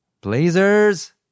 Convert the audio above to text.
Blazers